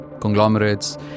conglomerates